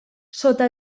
sota